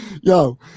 Yo